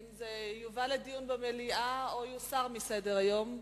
האם הנושא יובא לדיון במליאה או יוסר מסדר-היום?